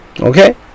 Okay